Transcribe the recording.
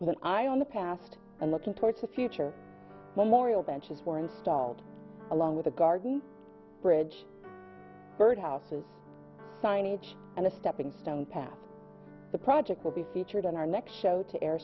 eye on the past and looking towards the future when morial benches were installed along with the garden bridge birdhouses signage and the stepping stone path the project will be featured on our next show to air